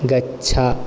गच्छ